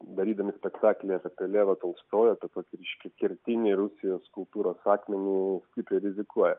darydami spektaklį apie levą tolstojų tokį reiškia kertinį rusijos kultūros akmenį kaip jie rizikuoja